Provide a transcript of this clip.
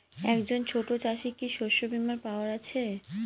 একজন ছোট চাষি কি শস্যবিমার পাওয়ার আছে?